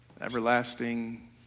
everlasting